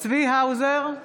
צבי האוזר,